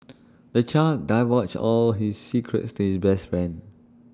the child divulged all his secrets to his best friend